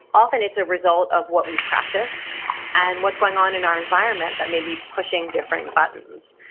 often it's a result of what we've practiced and what's going on in our environment that may be pushing different buttons.